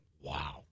Wow